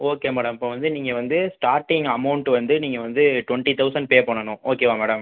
okay madam இப்போ வந்து நீங்கள் வந்து ஸ்டார்ட்டிங் அமௌண்ட் வந்து நீங்கள் வந்து டுவண்ட்டி தௌசண்ட் பே பண்ணனும் ஓகேவா மேடம்